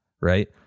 right